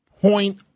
point